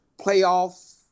playoff